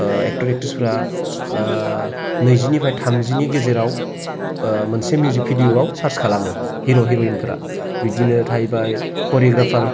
actor एक्ट्रिसफोरा नैजिनिफ्राय थामजिनि गेजेराव मोनसे मिउजिक भिदिय'आव सार्ज खालामो हिर' हिर'यिनफोरा बिदिनो थाहैबाय करिय'ग्राफार